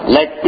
Let